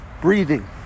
breathing